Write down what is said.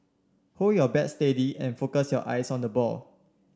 hold your bat steady and focus your eyes on the ball